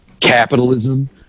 capitalism